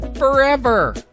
Forever